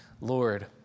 Lord